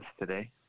today